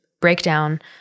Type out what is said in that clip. breakdown